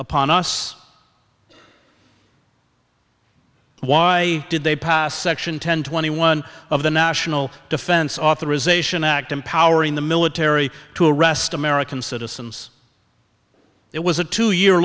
upon us why did they pass section ten twenty one of the national defense authorization act empowering the military to arrest american citizens it was a two year